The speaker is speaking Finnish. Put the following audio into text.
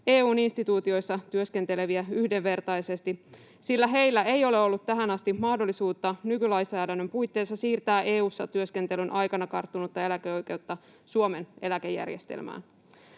EU:n instituutioissa työskenteleviä, sillä heillä ei ole ollut tähän asti mahdollisuutta nykylainsäädännön puitteissa siirtää EU:ssa työskentelyn aikana karttunutta eläkeoikeutta Suomen eläkejärjestelmään.